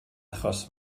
achos